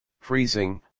freezing